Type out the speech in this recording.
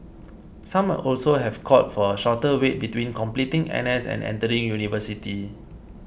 some also have called for a shorter wait between completing N S and entering university